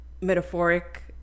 metaphoric